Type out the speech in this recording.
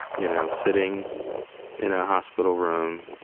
you know, sitting in a hospital room